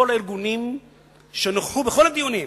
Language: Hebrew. כל הארגונים שנכחו בכל הדיונים,